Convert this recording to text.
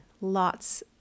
lots